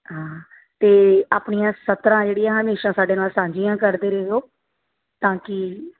ਹਾਂ ਅਤੇ ਆਪਣੀਆਂ ਸਤਰਾਂ ਜਿਹੜੀਆਂ ਹਮੇਸ਼ਾ ਸਾਡੇ ਨਾਲ ਸਾਂਝੀਆਂ ਕਰਦੇ ਰਿਹੋ ਤਾਂ ਕਿ